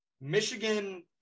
Michigan